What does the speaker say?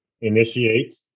initiate